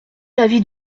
l’avis